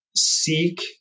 seek